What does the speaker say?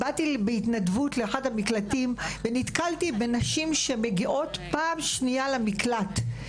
באתי בהתנדבות לאחד המקלטים ונתקלתי בנשים שמגיעות פעם שנייה למקלט.